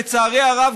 לצערי הרב,